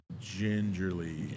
gingerly